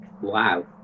Wow